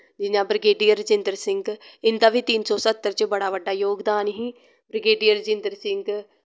जियां ब्रगेडियर रजिन्द्र सिहं इंदा बी तिन्न सौ सत्तर च बड़ा बड्डा जोगदान ही ब्रगेडियर रजिन्द्र सिहं